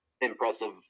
impressive